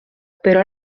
però